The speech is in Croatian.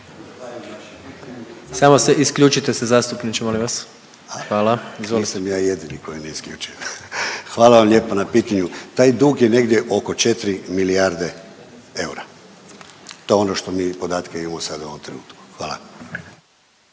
Samo se isključite se zastupniče molim vas. Hvala. **Klešić, Ivan** Nisam ja jedini koji ne isključuje. Hvala vam lijepa na pitanju. Taj dug je negdje oko 4 milijarde eura. To je ono što mi podatke imamo sada u ovom trenutku. Hvala.